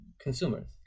consumers